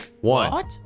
One